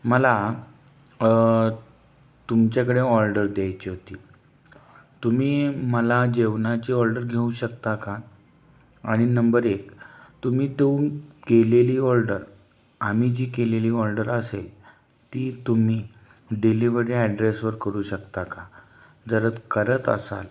मला तुमच्याकडे ऑर्डर द्यायची होती तुम्ही मला जेवणाची ऑर्डर घेऊ शकता का आणि नंबर एक तुम्ही तो केलेली ऑर्डर आम्ही जी केलेली ऑर्डर असेल ती तुम्ही डिलिव्हरी ॲड्रेसवर करू शकता का जर करत असाल